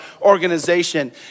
organization